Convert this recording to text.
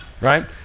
right